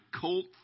Colt